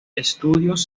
estudios